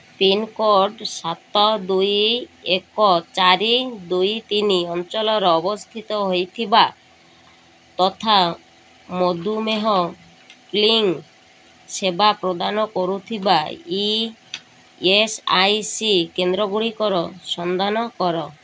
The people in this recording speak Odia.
ପିନ୍କୋଡ଼୍ ସାତ ଦୁଇ ଏକ ଚାର ଦୁଇ ତିନି ଅଞ୍ଚଳରେ ଅବସ୍ଥିତ ହୋଇଥିବା ତଥା ମଧୁମେହ କ୍ଲିନିକ୍ ସେବା ପ୍ରଦାନ କରୁଥିବା ଇ ଏସ୍ ଆଇ ସି କେନ୍ଦ୍ରଗୁଡ଼ିକର ସନ୍ଧାନ କର